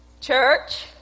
Church